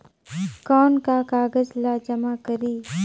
कौन का कागज ला जमा करी?